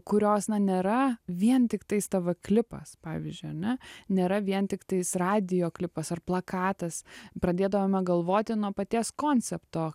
kurios na nėra vien tiktais tv klipas pavyzdžiui ar ne nėra vien tiktais radijo klipas ar plakatas pradėdavome galvoti nuo paties koncepto